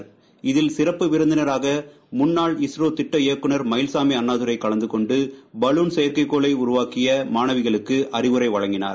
இகில் சிறப்பு விருந்தினாக முன்னாள் இல்ரோ திட்ட இயக்குனர் திரு மயில்சாமி அண்ணாதுரை கலந்தனொன்டு பலூன் செயற்லகக் கோளை உருவாக்கிய மாணவிகளுக்கு அறிவுரை வழங்கினார்